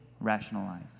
rationalize